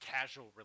casual